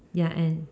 ya and